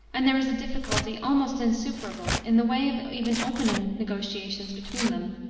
and there is a difficulty, almost insuperable, in the way of even opening negotiations between them.